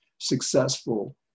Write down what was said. successful